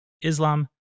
Islam